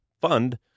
fund